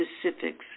specifics